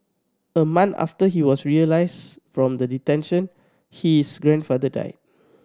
a month after he was released from the detention his grandfather died